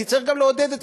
כי צריך גם לעודד את,